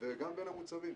וגם בין המוצבים.